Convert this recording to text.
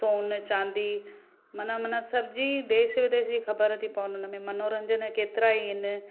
सोन चांदी माना माना सभु जी देश विदेश जी ख़बर थी पवनि उन में मनोरंजन केतिरा ई आहिनि